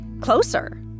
closer